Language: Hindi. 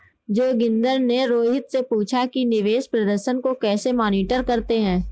जोगिंदर ने रोहित से पूछा कि निवेश प्रदर्शन को कैसे मॉनिटर करते हैं?